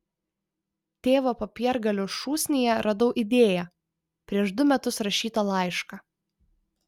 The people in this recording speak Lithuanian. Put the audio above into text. tėvo popiergalių šūsnyje radau idėją prieš du metus rašytą laišką